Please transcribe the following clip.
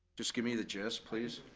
just give me the gist, please.